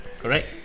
Correct